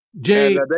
Jay